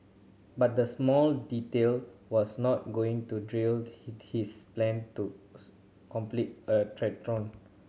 but the small detail was not going to derail his plan to complete a triathlon